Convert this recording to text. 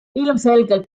ilmselgelt